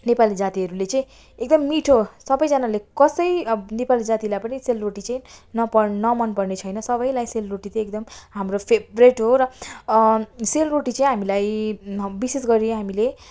नेपाली जातिहरूले चाहिँ एकदम मिठो सबैजनाले कसै अब नेपाली जातिलाई पनि सेलरोटी चाहिँ नपन नमन पर्ने छैन सबैलाई सेलरोटी चाहिँ एकदम हाम्रो फेभरेट हो र सेलरोटी चाहिँ हामीलाई विशेष गरी हामीले